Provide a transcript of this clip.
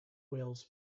wales